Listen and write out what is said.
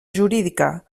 jurídica